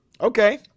Okay